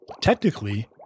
Technically